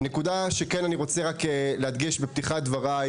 בפתיחת דבריי